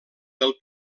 del